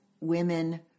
women